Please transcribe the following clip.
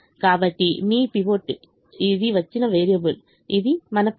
కాబట్టి మీ పైవట్ ఇది వచ్చిన వేరియబుల్ ఇది మీ పైవట్